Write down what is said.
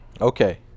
Okay